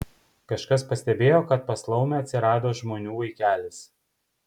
kažkas pastebėjo kad pas laumę atsirado žmonių vaikelis